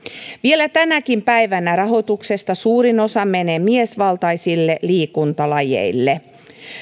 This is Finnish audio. vielä tänäkin päivänä rahoituksesta suurin osa menee miesvaltaisille liikuntalajeille